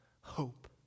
hope